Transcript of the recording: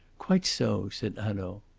quite so, said hanaud.